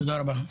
תודה רבה.